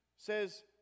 says